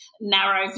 narrow